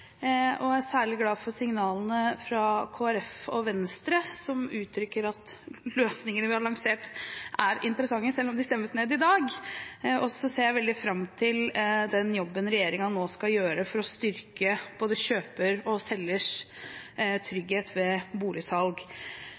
og Venstre, som uttrykker at de løsningene vi har lansert, er interessante, selv om de stemmes ned i dag. Og så ser jeg veldig fram til den jobben regjeringen nå skal gjøre for å styrke både kjøpers og selgers trygghet ved boligsalg.